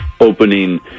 opening